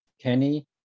Kenny